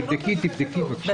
תבדקי, תבדקי, בבקשה.